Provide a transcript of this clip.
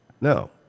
No